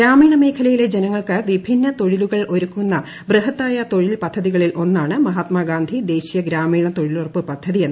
ഗ്രാമീണ മേഖലയിലെ ജനങ്ങൾക്ക് വിഭിന്ന തൊഴിലുകൾ ഒരുക്കുന്ന ബൃഹത്തായ തൊഴിൽ പദ്ധതികളിൽ ഒന്നാണ് മഹാത്മാഗാന്ധി ദേശീയ ഗ്രാമീണ തൊഴിലുറപ്പ് പദ്ധതിയെന്ന് ശ്രീ